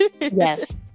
yes